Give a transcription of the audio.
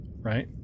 right